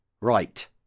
Right